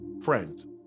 friends